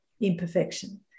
imperfection